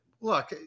Look